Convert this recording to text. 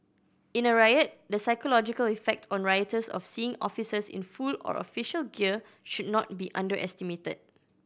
in a riot the psychological effect on rioters of seeing officers in full or official gear should not be underestimated